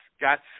got